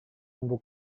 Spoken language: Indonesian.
lampu